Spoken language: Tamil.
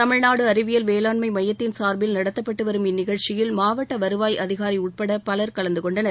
தமிழ்நாடு அறிவியல் வேளாண்மை மையத்தின் சார்பில் நடத்தப்பட்டு வரும் இந்நிகழ்ச்சியில் மாவட்ட வருவாய் அதிகாரி உட்பட பலர் கலந்து கொண்டனர்